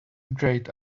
grayed